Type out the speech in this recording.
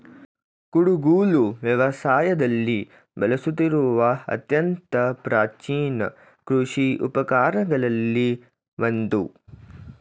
ಕುಡುಗೋಲು ವ್ಯವಸಾಯದಲ್ಲಿ ಬಳಸುತ್ತಿರುವ ಅತ್ಯಂತ ಪ್ರಾಚೀನ ಕೃಷಿ ಉಪಕರಣಗಳಲ್ಲಿ ಒಂದು